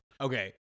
okay